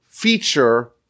feature